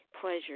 pleasure